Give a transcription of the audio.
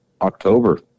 October